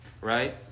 Right